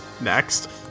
next